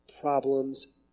problems